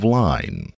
line